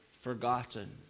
forgotten